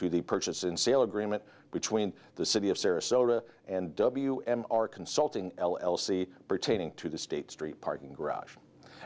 to the purchase and sale agreement between the city of sarasota and w m r consulting l l c pertaining to the state street parking garage